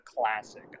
classic